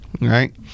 right